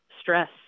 stress